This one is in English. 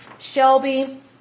Shelby